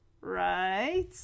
Right